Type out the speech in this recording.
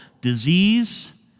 disease